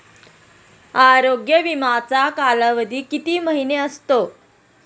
आरोग्य विमाचा कालावधी किती महिने असतो?